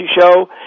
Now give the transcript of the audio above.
Show